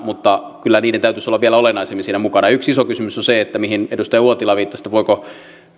mutta kyllä niiden täytyisi olla vielä olennaisemmin siinä mukana yksi iso kysymys on se mihin edustaja uotila viittasi että voiko